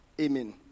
Amen